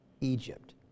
Egypt